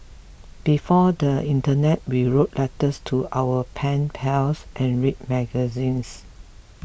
before the Internet we wrote letters to our pen pals and read magazines